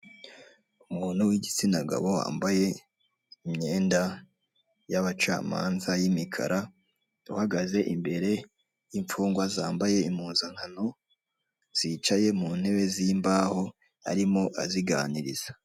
Umuntu w'igitsinagabo wambaye imyenda y'abacamanza y'imikara uhagaze imbere y'imfungwa zambaye impuzankano zicaye mu ntebe z'imbahu arimo aziganiriza.